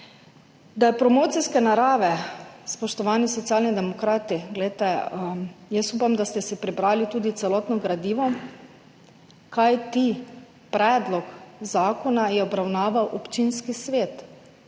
Da je promocijske narave, spoštovani Socialni demokrati. Glejte, jaz upam, da ste si prebrali tudi celotno gradivo, kajti predlog zakona je obravnaval občinski svet